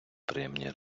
приємні